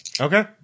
Okay